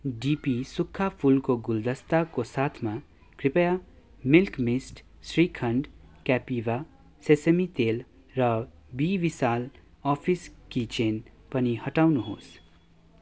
DP सुक्खा फुलको गुलदस्ताको साथमा कृपया मिल्क मिस्ट श्रीखण्ड केपिभा सेसामी तेल र भी बिशाल अफिस की चेन पनि हटाउनुहोस्